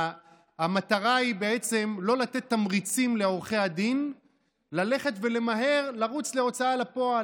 המטרה היא לא לתת תמריצים לעורכי הדין למהר ולרוץ להוצאה לפועל.